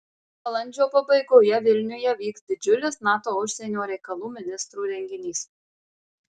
balandžio pabaigoje vilniuje vyks didžiulis nato užsienio reikalų ministrų renginys